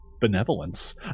Benevolence